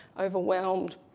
overwhelmed